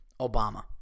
Obama